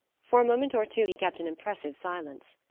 for a moment or two he kept an impressive silence.